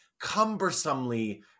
cumbersomely